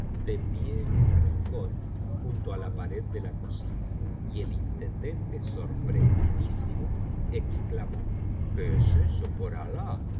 pie en un rincón junto á la pared de la cocina y el intendente sorprendidísimo exclamó qué es eso por alah